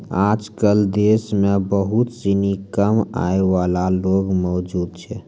आजकल देश म बहुत सिनी कम आय वाला लोग मौजूद छै